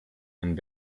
and